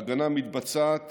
ההגנה מתבצעת